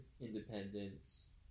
independence